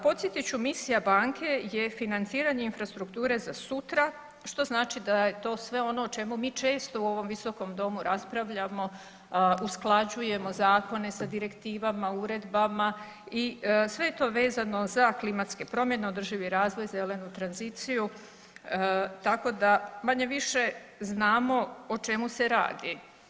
Podsjetit ću, misija Banke je financiranje infrastrukture za sutra, što znači da je to sve ono o čemu mi često u ovom Visokom domu raspravljamo, usklađujemo zakone sa direktivama, uredbama i sve je to vezano za klimatske promjene, održivi razvoj, zelenu tranziciju, tako da, manje-više znamo o čemu se radi.